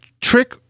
trick